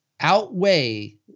outweigh